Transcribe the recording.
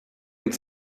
und